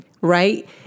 right